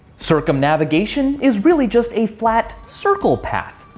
circumnavigation is really just a flat circle path.